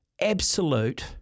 absolute